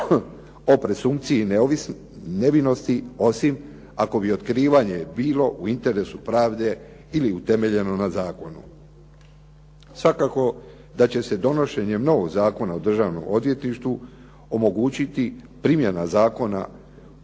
o presumpciji nevinosti, osim ako bi otkrivanje bilo u interesu pravde ili utemeljeno na zakonu. Svakako da će se donošenjem novog Zakona o državnom odvjetništvu omogućiti primjena Zakona